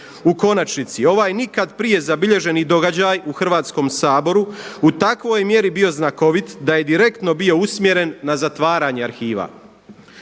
U konačnici, ovaj nikad prije zabilježeni događaj u Hrvatskom saboru u takvoj mjeri bio znakovit da je direktno bio usmjeren za zatvaranje arhiva.